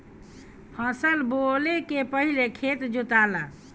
फसल बोवले के पहिले खेत जोताला